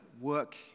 work